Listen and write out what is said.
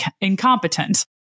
incompetent